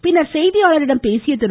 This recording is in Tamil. பின்னர் செய்தியாளர்களிடம் பேசிய திரு